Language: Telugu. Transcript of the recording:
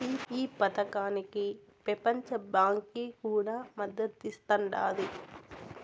ఈ పదకానికి పెపంచ బాంకీ కూడా మద్దతిస్తాండాది